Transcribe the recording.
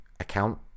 account